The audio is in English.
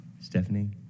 Stephanie